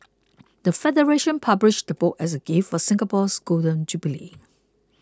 the federation published the book as a gift for Singapore's Golden Jubilee